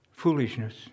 Foolishness